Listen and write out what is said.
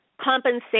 compensation